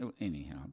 Anyhow